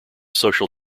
social